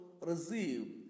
receive